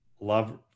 love